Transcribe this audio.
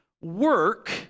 work